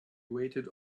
waited